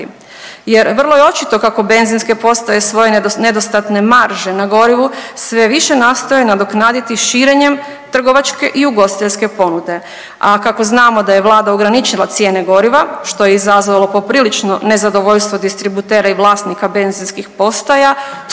Jer vrlo je očito kako benzinske postaje svoje nedostatne marže na gorivu sve više nastoje nadoknaditi širenjem trgovačke i ugostiteljske ponude. A kako znamo da je Vlada ograničila cijene goriva što je izazvalo poprilično nezadovoljstvo distributera i vlasnika benzinskih postaja